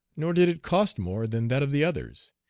nor did it cost more than that of the others.